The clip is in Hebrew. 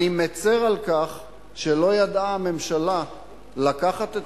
אני מצר על כך שלא ידעה הממשלה לקחת את